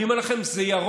אני אומר לכם: זה ירוק.